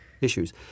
issues